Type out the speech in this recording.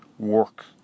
Work